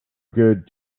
good